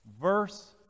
Verse